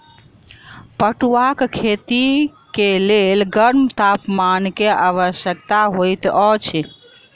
पटुआक खेती के लेल गर्म तापमान के आवश्यकता होइत अछि